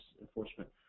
enforcement